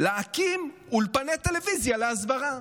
להקים אולפני טלוויזיה להסברה.